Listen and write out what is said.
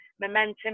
momentum